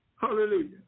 Hallelujah